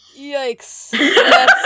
Yikes